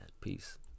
Peace